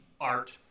art